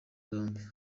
zombi